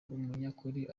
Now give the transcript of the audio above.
umunyakuri